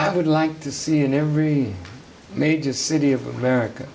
i would like to see in every major city of america